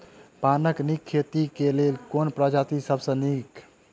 पानक नीक खेती केँ लेल केँ प्रजाति सब सऽ नीक?